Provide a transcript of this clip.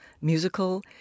musical